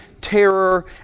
terror